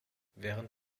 während